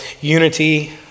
unity